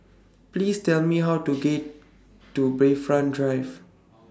Please Tell Me How to get to Bayfront Drive